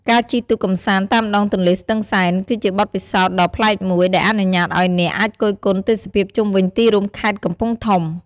ការជិះទូកកម្សាន្តតាមដងទន្លេស្ទឹងសែន គឺជាបទពិសោធន៍ដ៏ប្លែកមួយដែលអនុញ្ញាតឲ្យអ្នកអាចគយគន់ទេសភាពជុំវិញទីរួមខេត្តកំពង់ធំ។